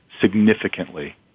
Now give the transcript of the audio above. significantly